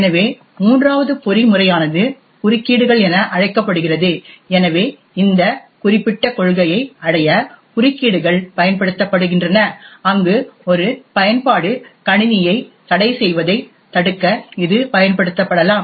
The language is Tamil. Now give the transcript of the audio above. எனவே மூன்றாவது பொறிமுறையானது குறுக்கீடுகள் என அழைக்கப்படுகிறது எனவே இந்த குறிப்பிட்ட கொள்கையை அடைய குறுக்கீடுகள் பயன்படுத்தப்படுகின்றன அங்கு ஒரு பயன்பாடு கணினியைத் தடைசெய்வதைத் தடுக்க இது பயன்படுத்தப்படலாம்